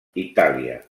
itàlia